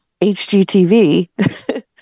HGTV